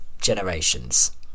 generations